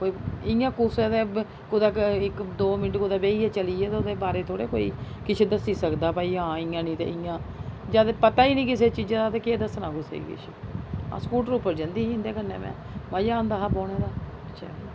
कोई इ'यां कुसै दा कुदै इक दौ मिंट कुदै बेहियै चली गे ते ओह्दे बारै च थोह्ड़ी कोई किश दस्सी सकदा भाई आं इ'यां नी ते इ'यां जद पता नी ई किसै चीज़ा दा ते केह् दस्सना कुसै गी किश हां स्कूटर उप्पर जंदी ही इंदे कन्नै में मजा औंदा हा बौह्ने दा